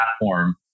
platform